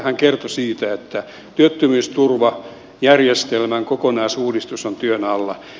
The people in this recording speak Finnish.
hän kertoi siitä että työttömyysturvajärjestelmän kokonaisuudistus on työn alla